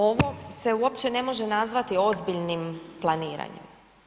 Ovo se uopće ne može nazvati ozbiljnim planiranjem.